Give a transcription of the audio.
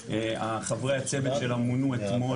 חברי הצוות שלה מונו אתמול,